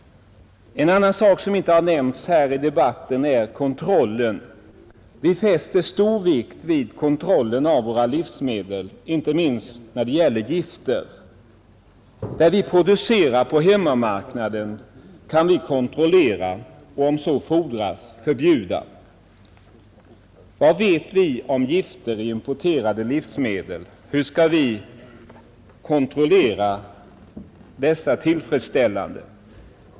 En annan sak som inte har nämnts här i debatten är kontrollen. Vi fäster stor vikt vid kontrollen av våra livsmedel, inte minst när det gäller gifter. Vad vi producerar på hemmamarknaden kan vi kontrollera och om så fordras förbjuda. Vad vet vi om gifter i importerade livsmedel? Hur skall vi kunna kontrollera dessa tillfredsställande?